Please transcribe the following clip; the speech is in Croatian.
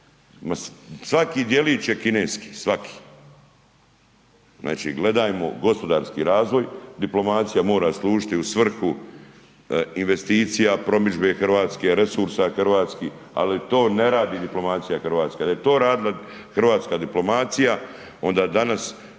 svaki djelić je kineski, svaki. Znači gledajmo gospodarski razvoj, diplomacija mora služiti u svrhu investicija, promidžbe Hrvatske, resursa hrvatskih ali to ne radi diplomacija Hrvatske, da je to radila hrvatska diplomacija onda danas